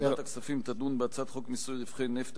ועדת הכספים תדון בהצעת חוק מיסוי רווחי נפט,